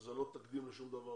שזה לא תקדים לשום דבר